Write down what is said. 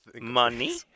Money